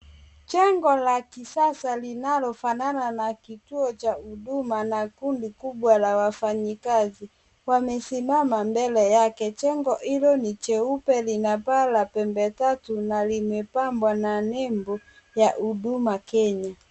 Jengo la kisasa linalofanana na kituo cha huduma na kundi kubwa la wafanyikazi ,wamesimama mbele yake. Jengo hilo ni jeupe lina paa la pembe tatu na limepambwa na nembo ya huduma kenya.